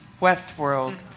Westworld